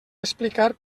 explicar